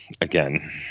Again